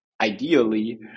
ideally